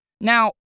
Now